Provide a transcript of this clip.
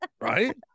Right